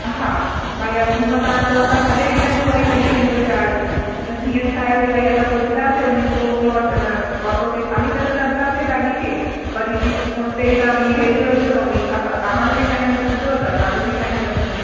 हा भाई हुअ तव्हां चओ था सॾे ॾींहुं जो वरी लॻी वेंदो चार्ज त हीअं छा आहे की भाई असां पुजंदासीं उनखो पोइ उनी ओट ऑटो खे ख़ाली रखंदासि गाॾी वरी बि उते ई तव्हां बि बि भेजे रखिजो त उनसां तव्हांजो बि टाइम बचदव त असांजो बि टाइम बचदो